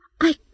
I